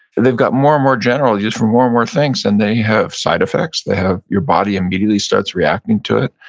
they've got more and more general use for more and more things, and they have side-effects, they have, your body immediately starts reacting to it,